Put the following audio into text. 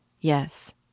Yes